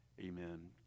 Amen